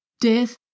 death